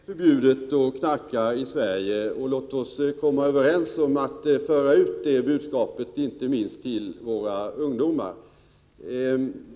Herr talman! Det är förbjudet att knarka i Sverige. Låt oss komma överens om att föra ut det budskapet, inte minst till våra ungdomar.